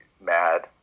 mad